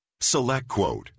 SelectQuote